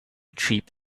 cheap